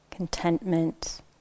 Contentment